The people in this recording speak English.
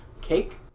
cake